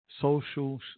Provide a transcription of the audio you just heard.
social